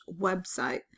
website